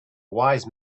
wise